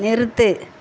நிறுத்து